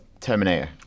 Terminator